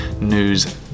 news